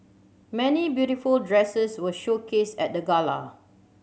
many beautiful dresses were showcased at the gala